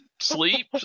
Sleep